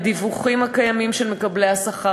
הדיווחים הקיימים על מקבלי השכר,